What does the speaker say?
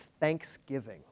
thanksgiving